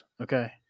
Okay